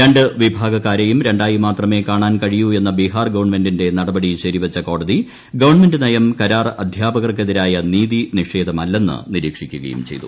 രണ്ട് വിഭാഗക്കാരേയും രണ്ടായി മാത്രമേ കാണാൻ കഴിയൂ എന്ന ബീഹാർ ഗവൺമെന്റിന്റെ നടപടി ശരിവച്ച കോടതി ഗവൺമെന്റ് നയം കരാർ അധ്യാപകർക്കെതിരായ നീതി നിഷേധമല്ലെന്ന് നിരീക്ഷിക്കുകയും ചെയ്തു